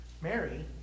Mary